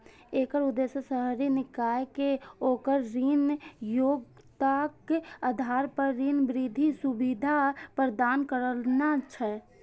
एकर उद्देश्य शहरी निकाय कें ओकर ऋण योग्यताक आधार पर ऋण वृद्धि सुविधा प्रदान करना छै